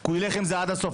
כי הוא ילך עם זה עד הסוף,